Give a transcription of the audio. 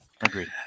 Agreed